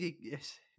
yes